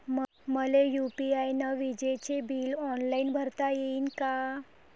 मले यू.पी.आय न विजेचे बिल ऑनलाईन भरता येईन का?